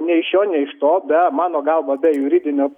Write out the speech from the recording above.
nė iš šio nei iš to be mano galva be juridinio